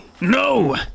no